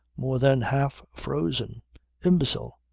more than half frozen imbecile.